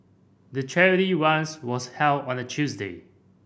the charity runs was held on a Tuesday